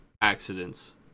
accidents